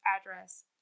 address